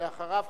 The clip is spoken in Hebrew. ואחריו,